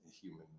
Human